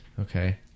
Okay